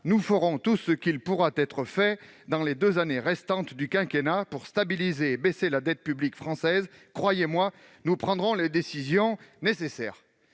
Nous ferons tout ce qui pourra être fait dans les deux années restantes du quinquennat pour stabiliser et baisser la dette publique française. Croyez-moi, nous prendrons les décisions nécessaires